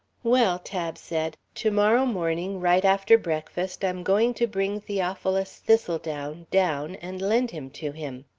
well, tab said, to-morrow morning, right after breakfast, i'm going to bring theophilus thistledown down and lend him to him.